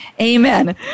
Amen